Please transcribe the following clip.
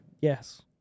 Yes